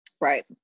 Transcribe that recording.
Right